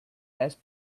best